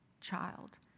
child